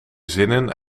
zinnen